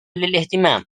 للإهتمام